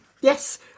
yes